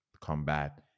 combat